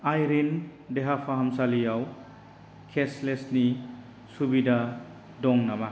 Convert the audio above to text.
Irene देहाफाहामसालियाव केसलेसनि सुबिदा दं नामा